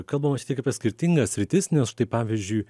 kalbama šiek tiek apie skirtingas sritis nes štai pavyzdžiui